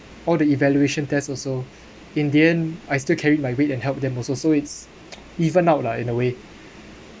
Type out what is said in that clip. all the evaluation test also in the end I still carried my weight and help them also so it's even out lah in a way